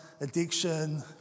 addiction